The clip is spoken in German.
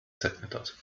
zerknittert